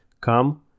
come